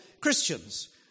Christians